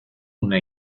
una